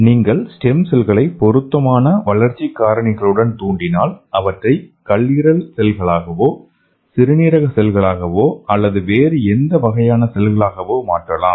நீங்கள் ஸ்டெம் செல்களை பொருத்தமான வளர்ச்சி காரணிகளுடன் தூண்டினால் அவற்றை கல்லீரல் செல்களாகவோ சிறுநீரக செல்களாகவோ அல்லது வேறு எந்த வகையான செல்களாகவோ மாற்றலாம்